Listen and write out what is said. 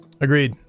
Agreed